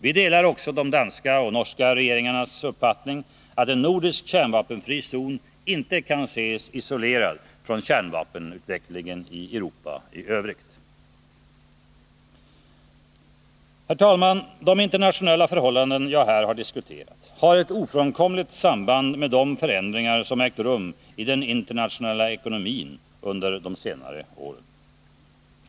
Vi delar också de danska och norska regeringarnas uppfattning att en nordisk kärnvapenfri zon inte kan ses isolerad från kärnvapenutvecklingen i Europa i övrigt. Herr talman! De internationella förhållanden jag här diskuterat har ett ofrånkomligt samband med de förändringar som ägt rum i den internationella ekonomin under senare år.